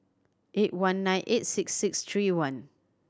eight one nine eight six six three one